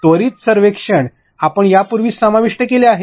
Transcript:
त्वरित सर्वेक्षण आपण यापूर्वीच समाविष्ट केले आहे